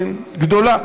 גדולה,